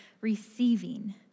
receiving